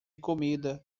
comida